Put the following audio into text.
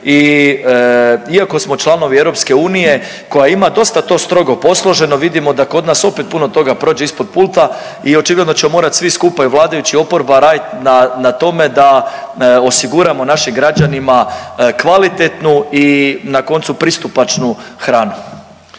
iako smo članovi EU koja ima dosta to strogo posloženo, vidimo da kod nas opet puno toga prođe ispod pulta i očigledno ćemo morat svi skupa i vladajući i oporba radit na, na tome da osiguramo našim građanima kvalitetnu i na koncu pristupačnu hranu.